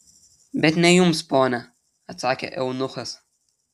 bet ne jums ponia atsakė eunuchas